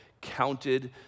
counted